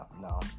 no